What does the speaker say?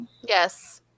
Yes